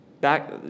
Back